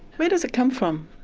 where does it come from?